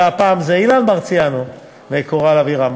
הפעם זה אילן מרסיאנו וקורל אבירם,